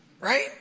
right